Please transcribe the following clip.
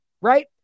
right